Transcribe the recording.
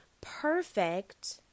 perfect